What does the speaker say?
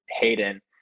Hayden